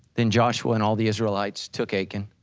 then joshua and all the israelites took achan,